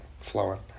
flowing